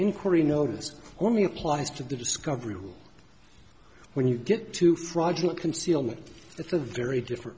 inquiry notice or me applies to discovery when you get to fraudulent concealment it's a very different